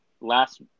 last